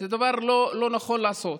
זה דבר שלא נכון לעשות,